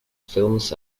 films